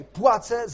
płacę